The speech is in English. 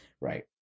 Right